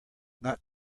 not